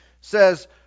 says